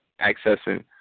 accessing